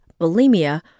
bulimia